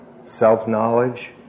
Self-knowledge